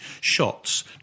Shots